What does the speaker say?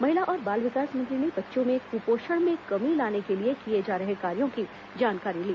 महिला और बाल विकास मंत्री ने बच्चों में कुपोषण में कमी लाने के लिए किए जा रहे कार्यों की भी जानकारी ली